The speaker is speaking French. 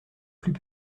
plus